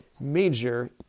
major